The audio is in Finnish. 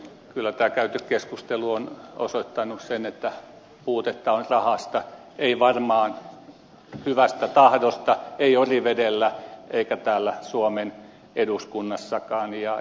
kyllä tämä käyty keskustelu on osoittanut sen että puutetta on rahasta ei varmaan hyvästä tahdosta ei orivedellä eikä täällä suomen eduskunnassakaan